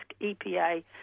EPA